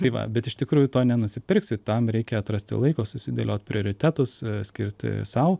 tai va bet iš tikrųjų to nenusipirksi tam reikia atrasti laiko susidėliot prioritetus skirti sau